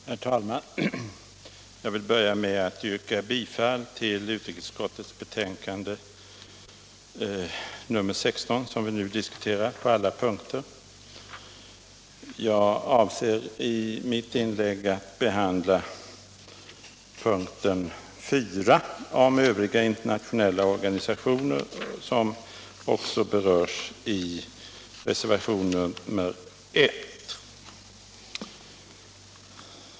Herr talman! Jag vill börja med att yrka bifall till utrikesutskottets betänkande nr 16, som vi nu diskuterar, på alla punkter. Jag avser att i mitt inlägg behandla punkten 4 om övriga internationella organisationer, som också berörs i reservation nr 1.